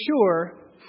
sure